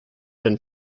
been